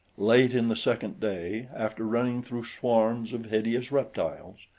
late in the second day, after running through swarms of hideous reptiles,